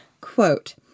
Quote